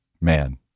man